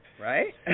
right